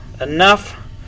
enough